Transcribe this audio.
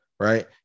Right